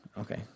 Okay